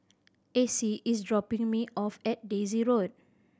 Acie is dropping me off at Daisy Road